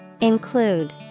Include